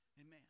Amen